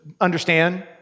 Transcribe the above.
understand